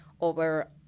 over